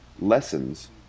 lessons